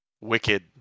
wicked